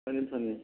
ꯐꯅꯤ ꯐꯅꯤ